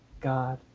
God